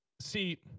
See